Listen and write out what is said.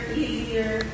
easier